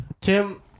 Tim